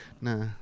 Nah